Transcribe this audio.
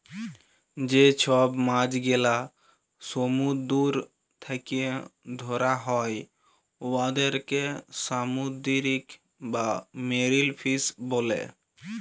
যে ছব মাছ গেলা সমুদ্দুর থ্যাকে ধ্যরা হ্যয় উয়াদেরকে সামুদ্দিরিক বা মেরিল ফিস ব্যলে